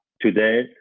today